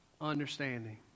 understanding